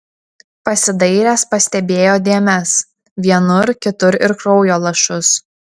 pasidairęs pastebėjo dėmes vienur kitur ir kraujo lašus